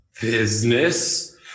Business